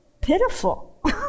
pitiful